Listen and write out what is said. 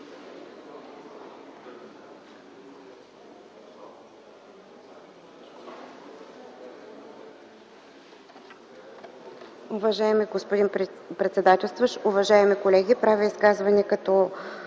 Уважаеми господин председателстващ, уважаеми колеги, правя изказване като